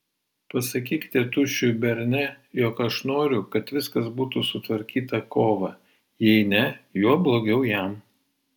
pasakyk tėtušiui berne jog aš noriu kad viskas būtų sutvarkyta kovą jei ne juo blogiau jam